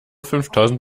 fünftausend